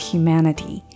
Humanity